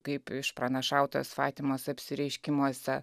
kaip išpranašautas fatimos apsireiškimuose